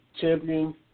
champion